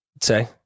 say